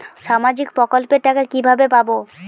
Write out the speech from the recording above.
সামাজিক প্রকল্পের টাকা কিভাবে পাব?